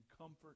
comfort